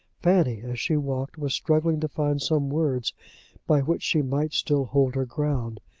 fanny, as she walked, was struggling to find some words by which she might still hold her ground,